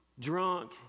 drunk